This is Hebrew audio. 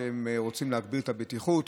שרוצים להגביר את הבטיחות.